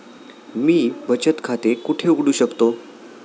मी बचत खाते कुठे उघडू शकतो?